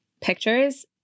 pictures